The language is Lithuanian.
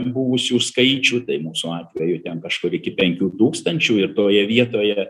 buvusių skaičių tai mūsų atveju ten kažkur iki penkių tūkstančių ir toje vietoje